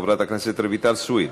חברת הכנסת רויטל סויד.